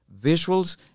Visuals